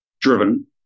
driven